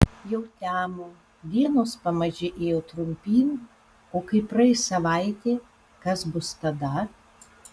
jau temo dienos pamaži ėjo trumpyn o kai praeis savaitė kas bus tada